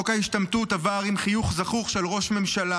חוק ההשתמטות עבר עם חיוך זחוח של ראש ממשלה,